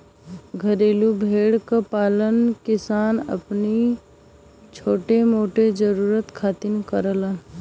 घरेलू भेड़ क पालन किसान अपनी छोटा मोटा जरुरत खातिर करेलन